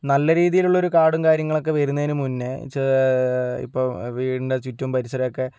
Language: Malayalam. നല്ല രീതിയിലുള്ള ഒരു കാടും കാര്യങ്ങളും ഒക്കെ വരുന്നതിനു മുന്നേ ചേ ഇപ്പോൾ വീടിൻറെ ചുറ്റും പരിസരവും ഒക്കെ